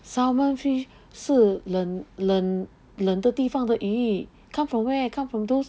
salmon fish 是冷冷冷的地方的鱼 come from where come from those